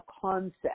concept